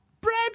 Bread